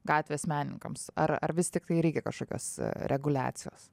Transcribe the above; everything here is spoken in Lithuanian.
gatvės menininkams ar ar vis tiktai reikia kažkokios reguliacijos